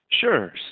Sure